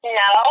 no